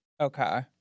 Okay